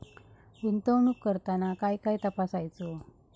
गुंतवणूक करताना काय काय तपासायच?